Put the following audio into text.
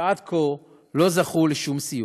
שעד כה לא זכו לשום סיוע.